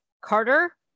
Carter